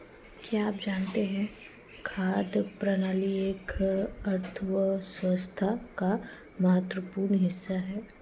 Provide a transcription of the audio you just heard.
क्या आप जानते है खाद्य प्रणाली एक अर्थव्यवस्था का महत्वपूर्ण हिस्सा है?